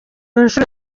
nshuro